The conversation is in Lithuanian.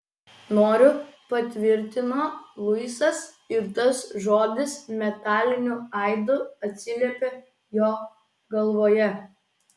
noriu patvirtino luisas ir tas žodis metaliniu aidu atsiliepė jo galvoje